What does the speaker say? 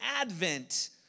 advent